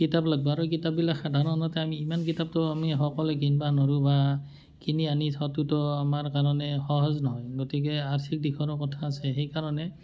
কিতাপ লাগিব আৰু কিতাপবিলাক সাধাৰণতে আমি ইমান কিতাপটো আমি সকলোৱে কিনিব নৰোঁ বা কিনি আনি থোৱাটোতো আমাৰ কাৰণে সহজ নহয় গতিকে আৰ্থিক দিশৰো কথা আছে সেইকাৰণে